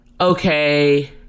okay